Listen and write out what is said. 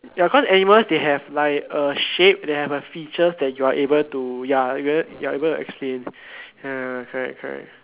ya cause animals they have like a shape they have a feature that you are able to ya you're able to explain ya correct correct